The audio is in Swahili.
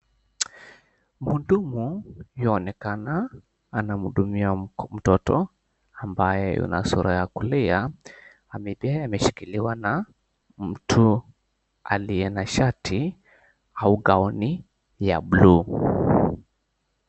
Mhudumu yuaonekana anamhudumia mtoto ambaye yuna sura ya kulia. Ambaye ameshikiliwa na mtu aliye na shati, au gaoni ya bluu.